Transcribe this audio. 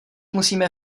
musíme